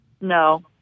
No